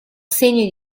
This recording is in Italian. segni